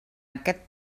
aquest